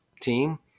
team